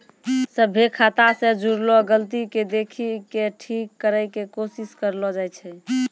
सभ्भे खाता से जुड़लो गलती के देखि के ठीक करै के कोशिश करलो जाय छै